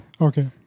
Okay